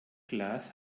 klaas